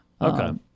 Okay